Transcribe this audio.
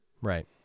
Right